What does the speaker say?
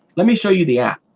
let me show you the app.